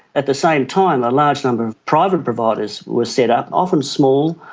at the same time a large number of private providers were set up, often small,